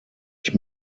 ich